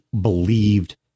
believed